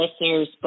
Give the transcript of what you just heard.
listeners